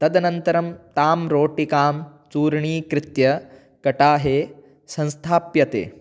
तदनन्तरं तां रोटिकां चूर्णीकृत्य कटाहे संस्थाप्यते